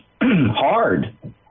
hard